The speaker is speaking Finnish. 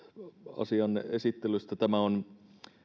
asianne esittelystä tämä on